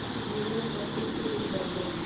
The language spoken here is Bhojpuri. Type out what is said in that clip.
भूजल सबसे सुद्ध जल होला